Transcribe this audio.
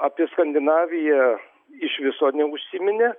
apie skandinaviją iš viso neužsiminė